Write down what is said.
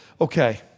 okay